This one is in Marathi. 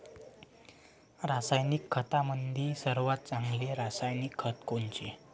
रासायनिक खतामंदी सर्वात चांगले रासायनिक खत कोनचे?